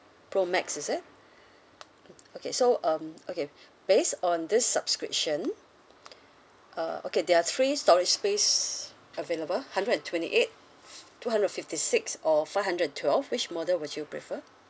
pro max is it okay so um okay based on this subscription uh okay there are three storage space available hundred and twenty eight two hundred fifty six or five hundred and twelve which model would you prefer